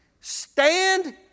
Stand